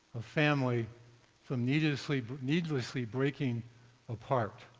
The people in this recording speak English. a family from needlessly but needlessly breaking apart.